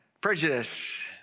Prejudice